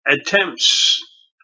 attempts